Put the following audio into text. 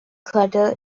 clutter